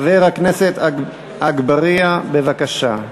חבר הכנסת אגבאריה, בבקשה.